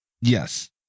Yes